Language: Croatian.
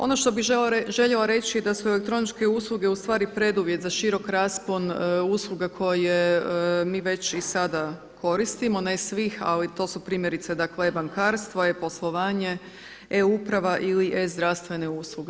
Ono što bih željela reći da su elektroničke usluge ustvari preduvjet za širok raspon usluga koje mi već i da sada koristimo, ne svih ali to su primjerice dakle e-bankarstvo, e-poslovanje, e-uprava ili e-zdravstvene usluge.